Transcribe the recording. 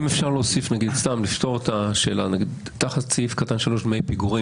האם כדי לפתור את השאלה אפשר להוסיף תחת סעיף קטן (3) "דמי פיגורים",